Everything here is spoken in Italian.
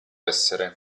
essere